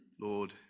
Lord